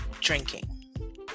drinking